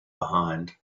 behind